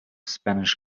spanish